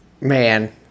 man